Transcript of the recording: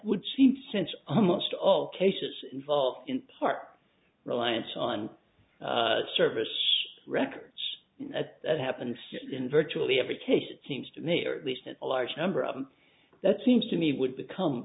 would change since almost all cases involve in part reliance on service records at that happened in virtually every case it seems to me or at least a large number of them that seems to me would become